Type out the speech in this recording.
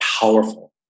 powerful